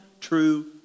true